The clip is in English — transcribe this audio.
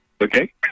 okay